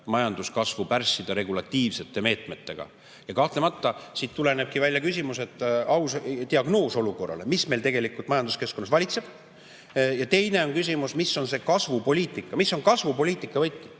täiendavalt pärssida regulatiivsete meetmetega. Kahtlemata tulebki siit välja küsimus, aus diagnoos olukorrale, mis meil tegelikult majanduskeskkonnas valitseb. Teine küsimus on, mis on see kasvupoliitika, mis on kasvupoliitika võti.